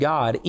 God